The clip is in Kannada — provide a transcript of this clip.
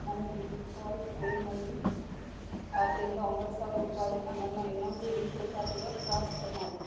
ನನ್ನ ಡೀಫಾಲ್ಟ್ ಪೇಮನಿ ಖಾತೆಯಿಂದ ಒಂಬತ್ತು ಸಾವಿರ ರೂಪಾಯಿಯನ್ನ ನನ್ನ ಇನ್ನೊಂದು ಲಿಂಕ್ಡ್ ಖಾತೆಗೆ ಟ್ರಾನ್ಸ್ಫರ್ ಮಾಡು